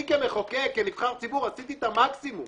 אני כמחוקק, כנבחר ציבור, עשיתי את המקסימום